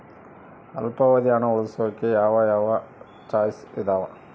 ಅಲ್ಪಾವಧಿ ಹಣ ಉಳಿಸೋಕೆ ಯಾವ ಯಾವ ಚಾಯ್ಸ್ ಇದಾವ?